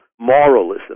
moralism